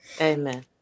Amen